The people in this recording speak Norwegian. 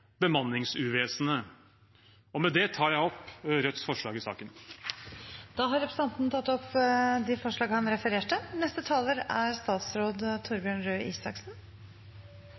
bemanningsuvesenet. Med det tar jeg opp Rødts forslag i saken. Representanten Bjørnar Moxnes har tatt opp de forslagene han refererte til. Som nevnt her tidligere, er